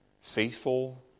faithful